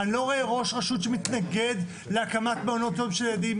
אני לא רואה ראש רשות שמתנגד להקמת מעונות יום של ילדים.